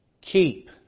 Keep